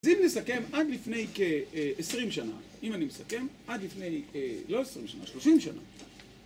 אז אם נסכם עד לפני כ-20 שנה, אם אני מסכם, עד לפני לא 20 שנה, 30 שנה.